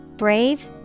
Brave